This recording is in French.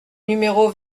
numéro